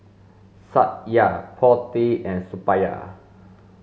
Satya Potti and Suppiah